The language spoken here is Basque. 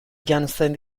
janzten